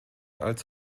als